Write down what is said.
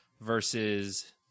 versus